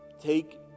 take